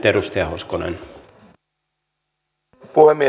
arvoisa herra puhemies